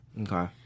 Okay